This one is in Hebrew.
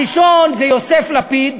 הראשון זה יוסף לפיד